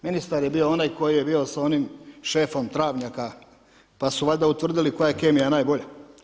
Ministar je bio onaj koji je bio s onim šefom travnjaka, pa su valjda utvrdili koja je kemija najbolja.